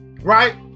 right